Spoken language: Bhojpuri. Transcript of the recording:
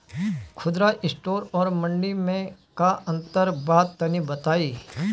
खुदरा स्टोर और मंडी में का अंतर बा तनी बताई?